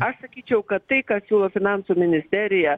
aš sakyčiau kad tai ką siūlo finansų ministerija